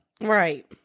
Right